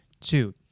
two